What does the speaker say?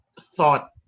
thought